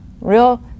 real